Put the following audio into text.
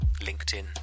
LinkedIn